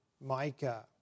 Micah